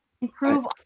improve